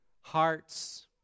hearts